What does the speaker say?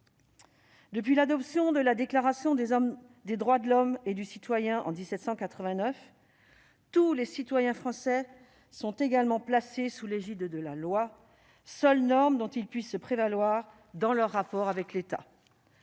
Depuis l'adoption de la Déclaration des droits de l'homme et du citoyen en 1789, tous les citoyens français sont également placés sous l'égide de la loi, seule norme dont ils puissent se prévaloir dans leurs rapports avec l'État.